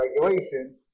regulation